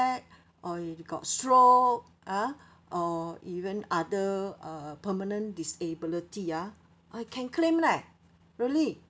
or if they got stroke ah or even other uh permanent disability ah ah can claim leh really